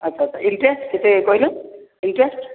ଆଛା ଆଛା ଇଣ୍ଟେରେଷ୍ଟ କେତେ କହିଲେ ଇଣ୍ଟେରେଷ୍ଟ